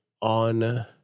on